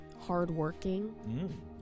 hardworking